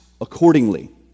accordingly